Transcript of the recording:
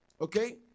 Okay